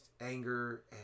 anger